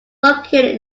located